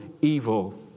evil